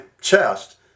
chest